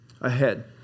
ahead